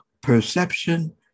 perception